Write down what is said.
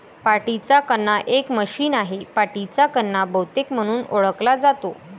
पाठीचा कणा एक मशीन आहे, पाठीचा कणा बहुतेक म्हणून ओळखला जातो